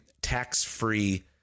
tax-free